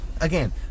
again